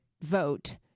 vote